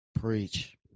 preach